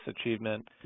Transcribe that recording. achievement